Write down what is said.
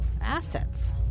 Assets